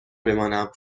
بمانم